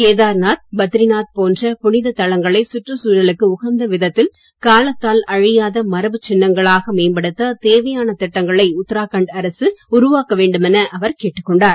கேதார்நாத் பத்ரிநாத் போன்ற புனித தலங்களை சுற்றுச் சூழலுக்கு உகந்த விதத்தில் காலத்தால் அழியாத மரபுச் சின்னங்களாக மேம்படுத்த தேவையான திட்டங்களை உத்தராகண்ட் அரசு உருவாக்க வேண்டும் என அவர் கேட்டுக் கொண்டார்